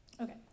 okay